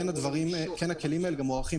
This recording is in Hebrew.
הכלים האלה מוערכים.